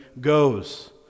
goes